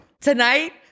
Tonight